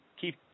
keep